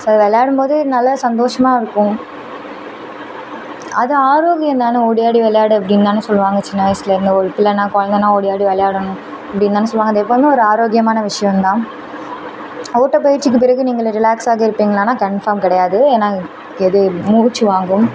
so விளையாடும் போது நல்ல சந்தோஷமாக இருக்கும் அது ஆரோக்கியம் தானே ஓடி ஆடி விளையாடு அப்படின்னு தானே சொல்வாங்க சின்ன வயசிலேருந்து ஒரு பிள்ளைன்னா குழந்தனா ஓடி ஆடி விளையாடணும் அப்படின்னு தானே சொல்வாங்க அது எப்போவுமே ஒரு ஆரோக்கியமான விஷயம்தான் ஓட்டப்பயிற்சிக்குப் பிறகு நீங்கள் ரிலாக்ஸ்ஸாக இருப்பீங்களான்னா கன்ஃபாம் கிடையாது ஏன்னால் எது மூச்சு வாங்கும்